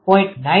તેથી cos𝜃0